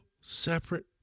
separate